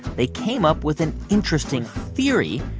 they came up with an interesting theory,